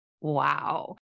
wow